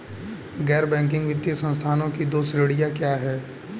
गैर बैंकिंग वित्तीय संस्थानों की दो श्रेणियाँ क्या हैं?